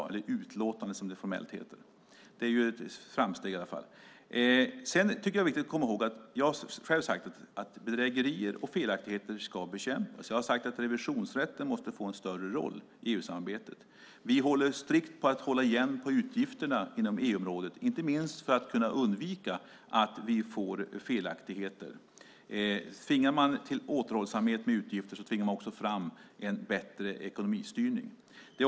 Det är i alla fall ett framsteg. Det är viktigt att komma ihåg en sak. Jag har själv sagt att bedrägerier och felaktigheter ska bekämpas. Jag har sagt att revisionsrätten måste få en större roll i EU-samarbetet. Vi håller strikt på att hålla igen på utgifterna inom EU-området, inte minst för att kunna undvika att vi får felaktigheter. Om man tvingar någon till återhållsamhet med utgifter tvingar man också fram en bättre ekonomistyrning.